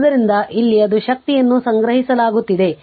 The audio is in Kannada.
ಆದ್ದರಿಂದ ಇಲ್ಲಿ ಅದು ಶಕ್ತಿಯನ್ನು ಸಂಗ್ರಹಿಸಲಾಗುತ್ತಿದೆ